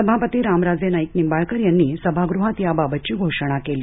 सभापती रामराजे नाईक निंबाळकर यांनी सभागृहात याबाबतची घोषणा केली